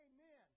Amen